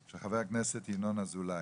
של חבר הכנסת ינון אזולאי.